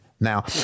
Now